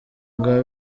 bwa